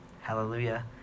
Hallelujah